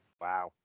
Wow